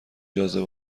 جاذبه